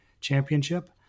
championship